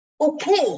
okay